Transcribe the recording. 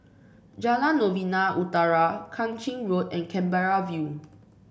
Jalan Novena Utara Kang Ching Road and Canberra View